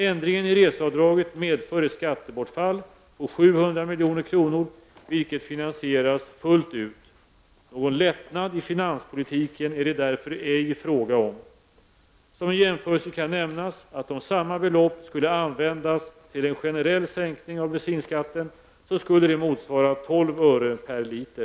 Ändringen i reseavdraget medför ett skattebortfall på 700 milj.kr., vilket finansieras fullt ut. Någon lättnad i finanspolitiken är det därför ej fråga om. Som en jämförelse kan nämnas att om samma belopp skulle användas till en generell sänkning av bensinskatten, så skulle det motsvara 12 öre per liter.